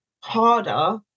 harder